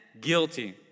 guilty